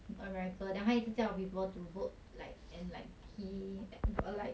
america then 他一直叫 people to vote like and like he uh like